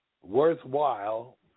worthwhile